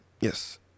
Yes